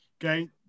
Okay